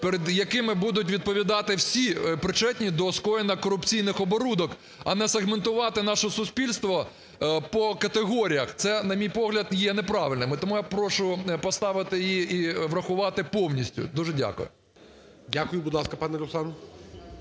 перед якими будуть відповідати всі причетні до скоєння корупційних оборудок, а не сегментувати наше суспільство по категоріях. Це на мій погляд, є неправильним. І тому я прошу поставити її і врахувати повністю. Дуже дякую. ГОЛОВУЮЧИЙ. Дякую. Будь ласка, пане Руслане.